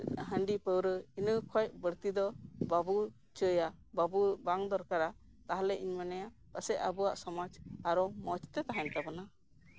ᱦᱟᱺᱰᱤ ᱯᱟᱹᱣᱨᱟᱹ ᱤᱱᱟᱹ ᱠᱷᱚᱡ ᱵᱟᱹᱲᱛᱤ ᱫᱚ ᱵᱟᱵᱚ ᱪᱟᱹᱭᱼᱟ ᱵᱟᱝ ᱫᱚᱨᱠᱟᱨᱟ ᱛᱟᱦᱚᱞᱮ ᱤᱧ ᱢᱚᱱᱮᱭᱟ ᱯᱟᱥᱮᱡ ᱟᱵᱚᱣᱟᱜ ᱥᱚᱢᱟᱡ ᱟᱨᱚ ᱢᱚᱡᱽ ᱛᱮ ᱛᱟᱦᱮᱱ ᱛᱟᱵᱚᱱᱟ